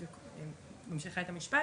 אני ממשיכה את המשפט,